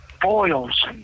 boils